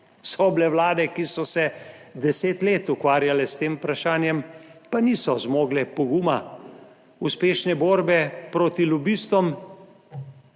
So bile vlade, ki so se deset let ukvarjale s tem vprašanjem, pa niso zmogle poguma uspešne borbe proti lobistom